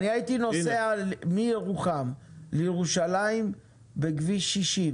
אני הייתי נושא מירוחם לירושלים בכביש שישים